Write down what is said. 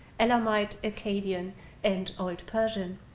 elamite, akkadian and old persian?